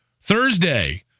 Thursday